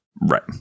Right